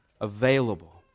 available